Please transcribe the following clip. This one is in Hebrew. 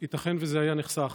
ייתכן שזה היה נחסך.